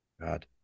God